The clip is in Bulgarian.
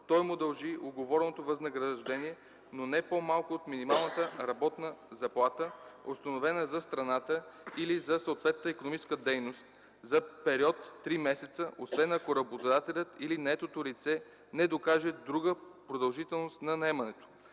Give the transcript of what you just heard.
той му дължи уговореното възнаграждение, но не по-малко от минималната работна заплата, установена за страната или за съответната икономическа дейност, за период три месеца, освен ако работодателят или наетото лице не докаже друга продължителност на наемането.